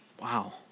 Wow